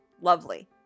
lovely